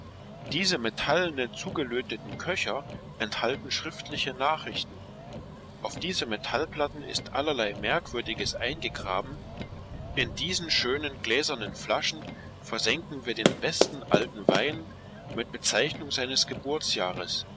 diese metallnen zugelöteten köcher enthalten schriftliche nachrichten auf diese metallplatten ist allerlei merkwürdiges eingegraben in diesen schönen gläsernen flaschen versenken wir den besten alten wein mit bezeichnung seines